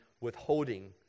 withholding